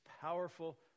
powerful